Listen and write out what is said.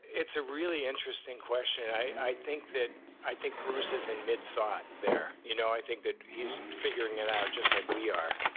it's a really interesting question. i think that i think bruce's in mid sort there. you know, i think that he's figuring it out just like we are.